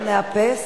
אנחנו נאפס?